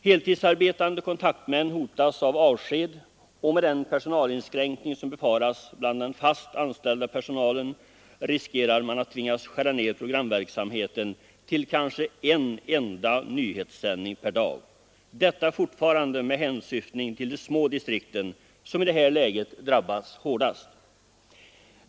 Heltidsarbetande kontaktmän hotas av avsked, och med den personalinskränkning som befaras bland den fast anställda personalen riskerar man att tvingas skära ned programverksamheten till kanske en enda nyhetssändning per dag; detta fortfarande med hänsyftning till de små distrikten, som i det här läget drabbas hårdast.